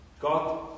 God